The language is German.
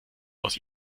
aus